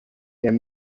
there